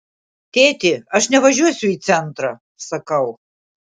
tėti aš nevažiuosiu į centrą sakau